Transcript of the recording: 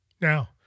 Now